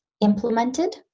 implemented